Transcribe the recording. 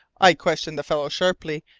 i questioned the fellow sharply,